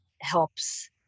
helps